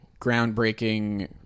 groundbreaking